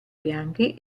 bianchi